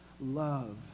love